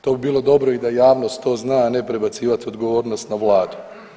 To bi bilo dobro i da javnost to zna, a ne prebacivat odgovornost na vladu.